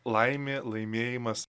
laimė laimėjimas